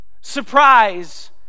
surprise